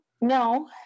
no